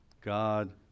God